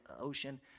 Ocean